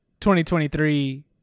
2023